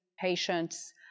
patients